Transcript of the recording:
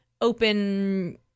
open